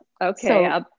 Okay